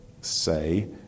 say